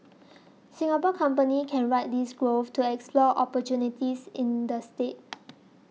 Singapore companies can ride this growth to explore opportunities in the state